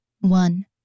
one